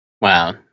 Wow